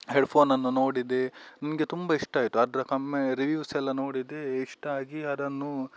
ಹೆಡ್ಫೋನನ್ನು ನೋಡಿದೆ ನನಗೆ ತುಂಬ ಇಷ್ಟ ಆಯಿತು ಅದರ ಕಮ್ಮಿ ರಿವ್ಯೂವ್ಸ್ ಎಲ್ಲ ನೋಡಿದೆ ಇಷ್ಟ ಆಗಿ ಅದನ್ನು